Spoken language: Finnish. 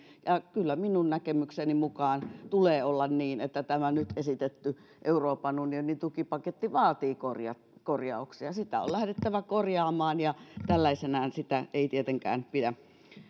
kyllä minun näkemykseni mukaan tulee olla niin että tämä nyt esitetty euroopan unionin tukipaketti vaatii korjauksia korjauksia sitä on lähdettävä korjaamaan ja tällaisenaan sitä ei tietenkään pidä